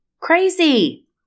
Crazy